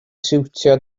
siwtio